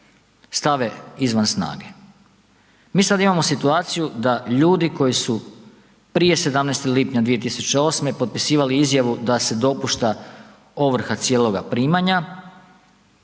stave izvan snage. Mi sad imamo situaciju da ljudi koji su prije 17. lipnja 2008. potpisivali izjavu da se dopušta ovrha cijeloga primanja,